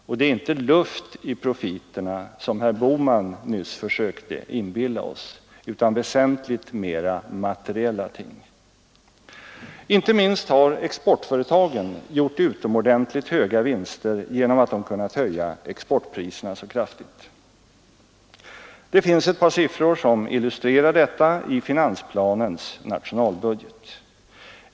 Och det är inte luft i profiterna, som herr Bohman nyss försökte inbilla oss, utan väsentligt mer materiella ting. Inte minst har exportföretagen gjort utomordentligt höga vinster genom att de kunnat höja exportpriserna så kraftigt. Det finns ett par siffror som illustrerar detta i finansplanens nationalbudget.